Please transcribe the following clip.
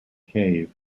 cave